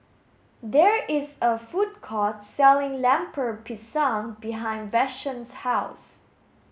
there is a food court selling Lemper Pisang behind Vashon's house